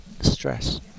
stress